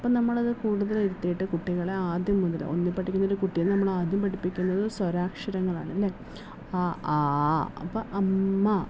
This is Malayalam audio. അപ്പം നമ്മളത് കൂടുതലിരുത്തീട്ട് കുട്ടികളെ ആദ്യം മുതൽ ഒന്നീ പഠിക്കുന്നൊരു കുട്ടിയെ നമ്മളാദ്യം പഠിപ്പിക്കുന്നത് സ്വരാക്ഷരങ്ങളാണ് അല്ലേ അ ആ അപ്പം അമ്മ